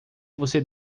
você